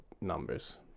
numbers